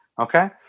okay